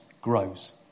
grows